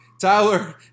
Tyler